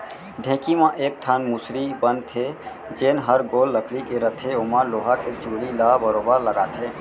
ढेंकी म एक ठन मुसरी बन थे जेन हर गोल लकड़ी के रथे ओमा लोहा के चूड़ी ल बरोबर लगाथे